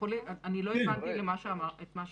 לא הבנתי את מה שאמרת.